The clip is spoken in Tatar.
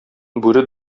бүре